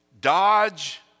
dodge